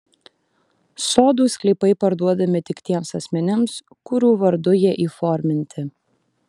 sodų sklypai parduodami tik tiems asmenims kurių vardu jie įforminti